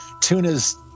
Tuna's